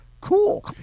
cool